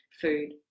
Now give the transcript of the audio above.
food